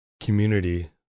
community